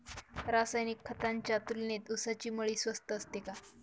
रासायनिक खतांच्या तुलनेत ऊसाची मळी स्वस्त असते का?